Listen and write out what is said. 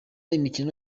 imikino